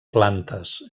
plantes